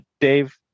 Dave